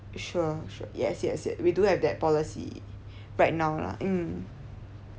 sure sure yes yes yes we do have that policy right now lah mm